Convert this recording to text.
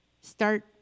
Start